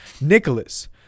Nicholas